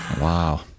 Wow